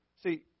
See